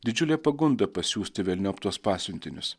didžiulė pagunda pasiųsti velniop tuos pasiuntinius